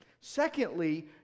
Secondly